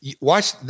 Watch